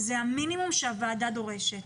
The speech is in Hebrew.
זה המינימום שהוועדה דורשת.